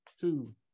Two